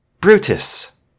Brutus